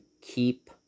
keep